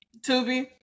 tubi